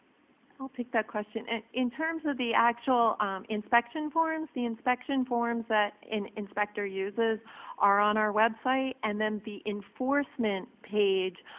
i'll take that question and n. terms of the actual inspection forms, the inspection forms that and inspector uses are on our website and then the enforcement page